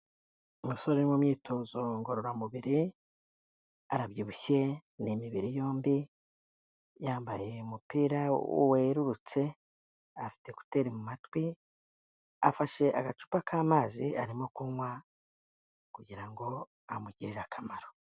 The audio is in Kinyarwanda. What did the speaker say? Umusore uri mu myitozo ngororamubiri, arabyibushye ni imibiri yombi, yambaye umupira werurutse, afite ekuteri mu matwi, afashe agacupa k'amazi arimo kunywa kugira ngo amugirire akamaro.